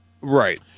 Right